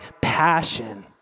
passion